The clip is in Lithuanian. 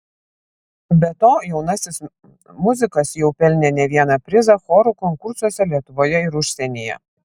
be to jaunasis muzikas jau pelnė ne vieną prizą chorų konkursuose lietuvoje ir užsienyje